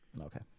Okay